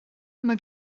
mae